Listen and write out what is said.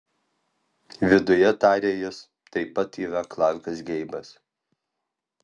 viduje tarė jis taip pat yra klarkas geibas